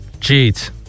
Cheats